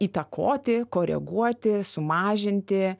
įtakoti koreguoti sumažinti